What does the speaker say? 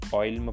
oil